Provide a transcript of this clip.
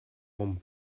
one